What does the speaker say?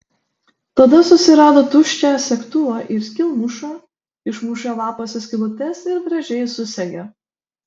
tada susirado tuščią segtuvą ir skylmušą išmušė lapuose skylutes ir gražiai susegė